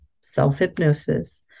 self-hypnosis